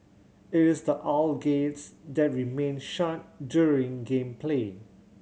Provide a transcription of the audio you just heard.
it is the aisle gates that remain shut during game play